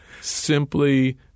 simply